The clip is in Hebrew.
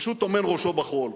פשוט טומן ראשו בחול.